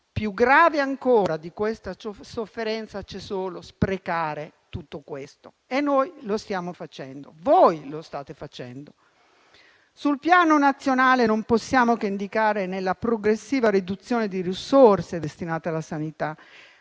Più grave ancora di questa sofferenza, c'è solo sprecare tutto questo e noi lo stiamo facendo, voi lo state facendo. Sul Piano nazionale non possiamo che indicare la progressiva riduzione di risorse destinate alla sanità,